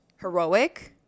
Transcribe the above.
heroic